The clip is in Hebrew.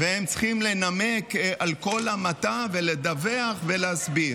והם צריכים לנמק על כל המתה ולדווח ולהסביר.